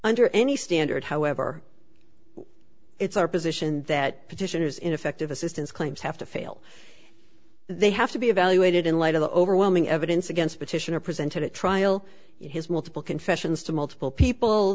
under any standard however it's our position that petitioners ineffective assistance claims have to fail they have to be evaluated in light of the overwhelming evidence against petitioner presented at trial his multiple confessions to multiple people